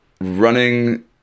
running